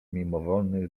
mimowolny